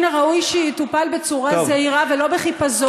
מן הראוי שיטופל בצורה זהירה ולא בחיפזון,